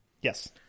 yes